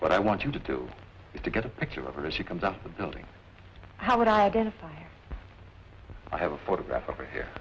but i want you to do it to get a picture of her as she comes off the building how would identify i have a photograph of her here